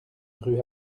rue